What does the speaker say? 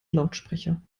lautsprecher